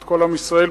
את כל עם ישראל,